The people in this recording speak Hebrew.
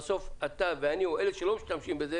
בסוף אתה ואני ואלה שלא משתמשים בזה,